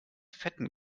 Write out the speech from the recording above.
fetten